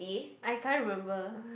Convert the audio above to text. I can't remember